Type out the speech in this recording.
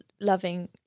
loving